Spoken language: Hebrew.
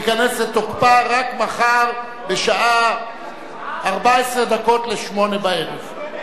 תיכנס לתוקפה רק מחר בשעה 14 דקות לפני 20:00. לא,